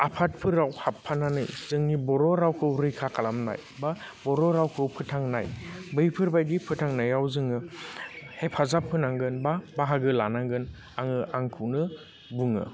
आफादफोराव हाबफानानै जोंनि बर' रावखौ रैखा खालामनाय बा बर' रावखौ फोथांनाय बैफोरबादि फोथांनायाव जोङो हेफाजाब होनांगोन बा बाहागो लानांगोन आङो आंखौनो बुङो